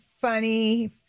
funny